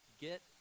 Get